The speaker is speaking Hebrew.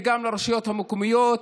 וגם לרשויות המקומיות,